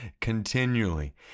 continually